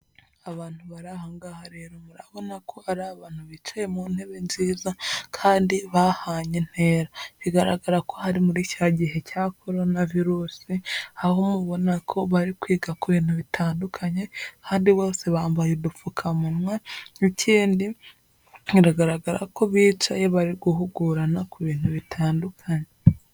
Abantu bari aha ngaha rero murabona ko ari abantu bicaye mu ntebe nziza kandi bahanye intera. Bigaragara ko hari muri cya gihe cya korona virusi aho babona ko bari kwiga ku bintu bitandukanye kandi bose bambaye udupfukamunwa n'ikindi biragaragara ko bicaye, bari guhugurana ku bintu bitandukanye.